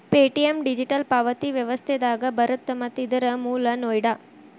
Paytm digital ಪಾವತಿ ವ್ಯವಸ್ಥೆದಾಗ ಬರತ್ತ ಮತ್ತ ಇದರ್ ಮೂಲ ನೋಯ್ಡಾ